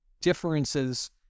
differences